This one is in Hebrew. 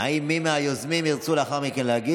האם מי מהיוזמים ירצה להגיב לאחר מכן?